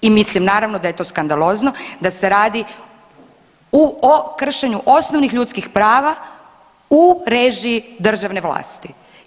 I mislim naravno da je to skandalozno da se radi u o kršenju osnovnih ljudskih prava u režiji državne vlasti.